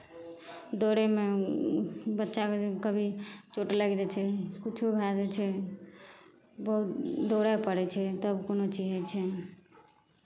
दौड़यमे बच्चाकेँ कभी चोट लागि जाइ छै किछो भए जाइ छै बहुत दौड़य पड़ै छै तब कोनो चीज होइ छै